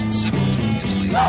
simultaneously